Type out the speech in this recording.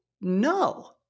no